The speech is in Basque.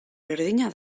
berdina